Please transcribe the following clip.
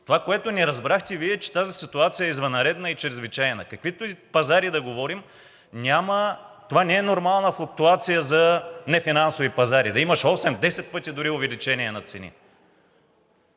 Това, което не разбрахте Вие, е, че тази ситуация е извънредна и чрезвичайна. Каквито и пазари да говорим, това не е нормална флуктуация за нефинансови пазари – да имаш 8, 10 пъти дори увеличение на цените.